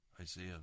Isaiah